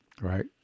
Right